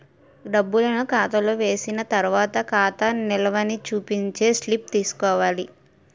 డబ్బులను ఖాతాలో వేసిన తర్వాత ఖాతా నిల్వని చూపించే స్లిప్ తీసుకోవాలి